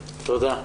תודה.